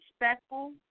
respectful